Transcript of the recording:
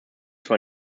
zwar